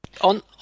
On